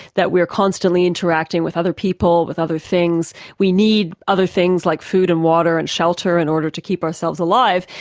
that we are constantly interacting with other people, with other things. we need other things like food and water and shelter in order to keep ourselves alive,